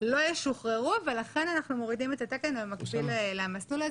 לא ישוחררו ולכן אנחנו מורידים את התקן במקביל למסלול הזה.